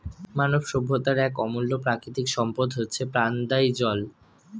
মানব সভ্যতার এক অমূল্য প্রাকৃতিক সম্পদ হচ্ছে প্রাণদায়ী জল